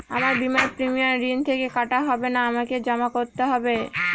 আমার বিমার প্রিমিয়াম ঋণ থেকে কাটা হবে না আমাকে জমা করতে হবে?